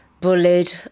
bullied